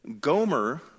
Gomer